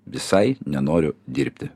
visai nenoriu dirbti